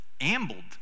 ambled